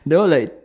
that one like